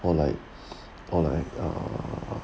or like or like err